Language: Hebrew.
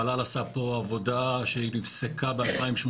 המל"ל עשה פה עבודה שהיא נפסקה ב-2018,